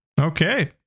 Okay